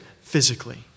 physically